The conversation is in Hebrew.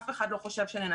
אף אחד לא חושב שננצח,